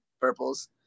purples